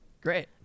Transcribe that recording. Great